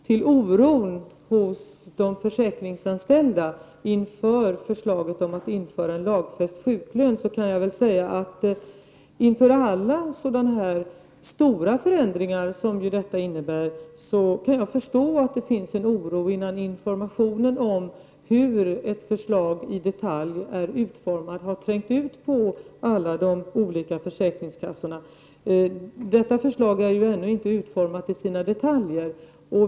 Angående den oro som de försäkringsanställda hyser inför förslaget om att införa en lagfäst sjuklön kan jag säga att jag kan förstå att det finns en oro inför alla så stora förändringar som detta innebär innan information om hur ett förslag är utformat i detalj har trängt ut till alla försäkringskassor. Detta förslag är ännu inte utformat i sina detaljer.